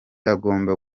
agomba